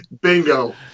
bingo